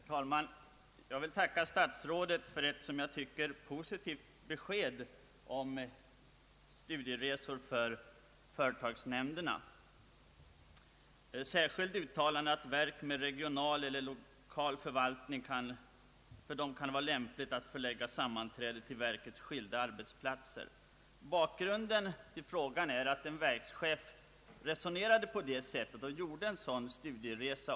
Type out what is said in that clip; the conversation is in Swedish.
Herr talman! Jag får tacka statsrådet för ett som jag tycker positivt besked om studieresor för företagsnämnderna, särskilt hans uttalande att det kan vara lämpligt för verk med regional eller lokal förvaltning att förlägga sina sammanträden till verkets skilda arbetsplatser. Bakgrunden till min fråga är att en verkschef resonerade på det sättet och ordnade en studieresa.